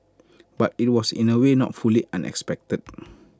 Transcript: but IT was in A way not fully unexpected